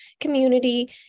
community